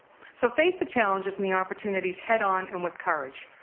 so face the challenges and the opportunities head on and with courage.